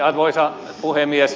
arvoisa puhemies